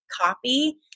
copy